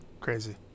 Crazy